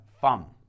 fun